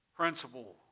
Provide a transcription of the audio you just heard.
principle